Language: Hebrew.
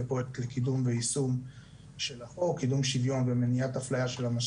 ואת רשימת הגופים הציבוריים שמעבירים משרד הכלכלה והתעשייה.